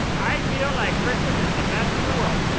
i feel like christmas is the best in the world.